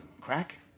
crack